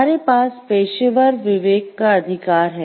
हमारे पास पेशेवर विवेक का अधिकार है